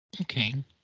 Okay